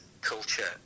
culture